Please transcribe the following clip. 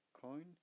coin